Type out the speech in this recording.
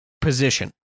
position